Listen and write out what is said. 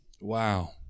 wow